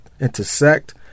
intersect